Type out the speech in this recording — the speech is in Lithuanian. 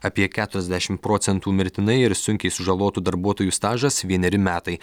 apie keturiasdešim procentų mirtinai ir sunkiai sužalotų darbuotojų stažas vieneri metai